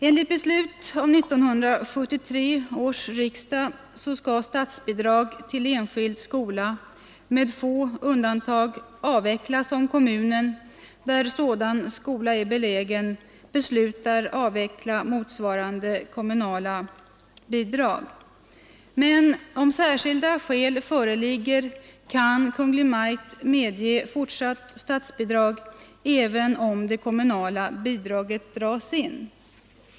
Enligt beslut av 1973 års riksdag skall statsbidrag till enskild skola med få undantag avvecklas om kommunen, där sådan skola är belägen, beslutar avveckla motsvarande kommunala bidrag. Men om särskilda skäl föreligger kan Kungl. Maj:t medge fortsatt statsbidrag även om det kommunala bidraget dras in.